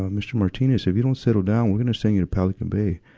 um mr. martinez, if you don't settle down, we're gonna send you to pelican bay.